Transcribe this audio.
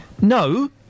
No